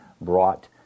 brought